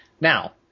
Now